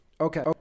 Okay